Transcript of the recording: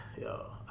yo